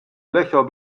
löcher